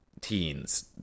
teens